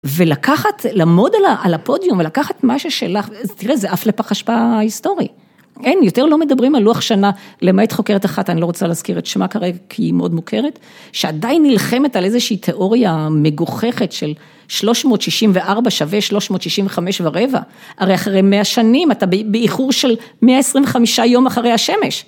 ולקחת, לעמוד על הפודיום ולקחת מה ששלך, תראה, זה עף לפח אשפה ההיסטורי. אין, יותר לא מדברים על לוח שנה, למעט חוקרת אחת, אני לא רוצה להזכיר את שמה כרגע, כי היא מאוד מוכרת, שעדיין נלחמת על איזושהי תיאוריה מגוחכת של 364 שווה 365 ורבע. הרי אחרי 100 שנים, אתה באיחור של 125 יום אחרי השמש.